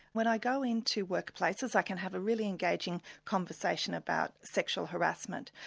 when i go in to workplaces, i can have a really engaging conversation about sexual harassment.